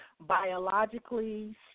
biologically